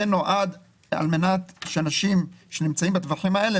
זה נועד כדי שהיה אפשר לאנשים שנמצאים בטווחים האלה,